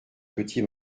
petit